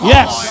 Yes